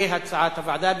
כהצעת הוועדה,